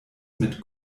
mit